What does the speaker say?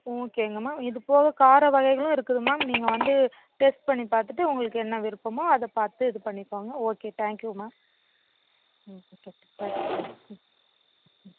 ஓகேங்கம்மா இது போக காரம் வகைகளும் இருக்குது மேம் நீங்கள் வந்து டேஸ்ட் பண்ணி பார்த்துட்டு உங்களுக்கு என்ன விருப்பமோ அதை பார்த்து இது பண்ணிக்கங்க ஓகே தேங்க்யூம்மா ம் ஓகே தேங்க்யூ தேங்க்யூ ம் ம்